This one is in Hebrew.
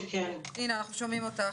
הנה אנחנו שומעים אותך,